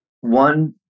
One